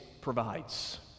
provides